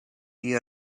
die